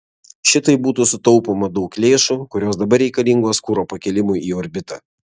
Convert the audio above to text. šitaip būtų sutaupoma daug lėšų kurios dabar reikalingos kuro pakėlimui į orbitą